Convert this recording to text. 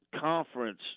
conference